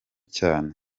cyane